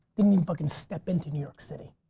didn't even fucking step into new york city.